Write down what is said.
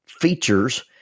features